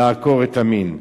לעקור את המין.